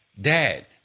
Dad